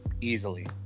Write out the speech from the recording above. easily